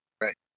Right